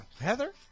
Heather